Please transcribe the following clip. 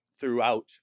throughout